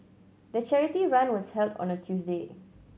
the charity run was held on a Tuesday